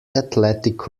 athletic